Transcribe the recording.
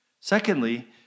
Secondly